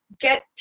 get